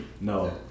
No